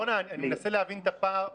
אורנה, אני מנסה להבין את הפער.